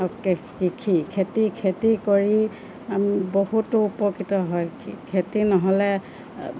কৃষি খেতি খেতি কৰি বহুতো উপকৃত হয় খেতি নহ'লে